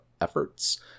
efforts